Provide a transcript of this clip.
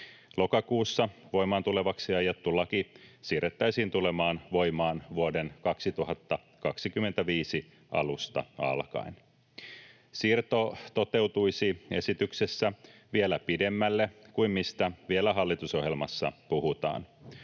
Lokakuussa voimaan tulevaksi aiottu laki siirrettäisiin tulemaan voimaan vuoden 2025 alusta alkaen. Siirto toteutuisi esityksessä vielä pidemmälle kuin mistä vielä hallitusohjelmassa puhutaan.